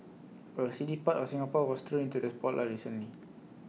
A seedy part of Singapore was thrown into the spotlight recently